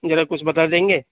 ذرا کچھ بتا دیں گے